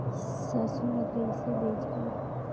सरसो ला कइसे बेचबो?